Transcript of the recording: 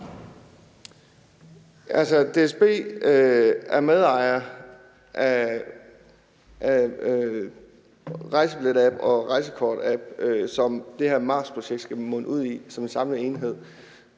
DSB er medejer af rejsebilletappen og rejsekortappen, som det her MaaS-projekt skal munde ud i at samle i én enhed.